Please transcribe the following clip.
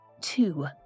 two